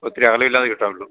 ഒത്തിരി അകലമില്ലാതെ കിട്ടാനുള്ളൂ